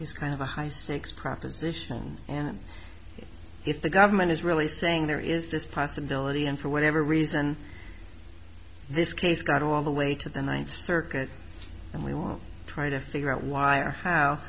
it's kind of a high stakes proposition and if the government is really saying there is this possibility and for whatever reason this case got all the way to the ninth circuit and we were all trying to figure out why or how